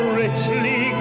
richly